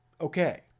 Okay